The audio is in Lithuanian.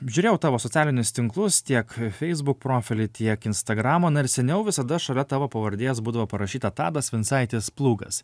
žiūrėjau tavo socialinius tinklus tiek facebook profilį tiek instagramą na ir seniau visada šalia tavo pavardės būdavo parašyta tadas vincaitis plūgas